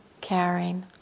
caring